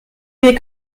wir